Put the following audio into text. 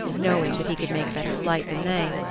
knowing that he could make better flight than they,